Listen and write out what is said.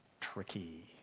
Tricky